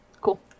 Cool